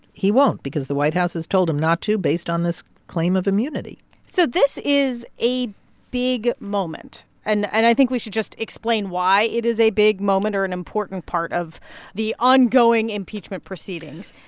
he won't because the white house has told him not to, based on this claim of immunity so this is a big moment, and and i think we should just explain why it is a big moment or an important part of the ongoing impeachment proceedings.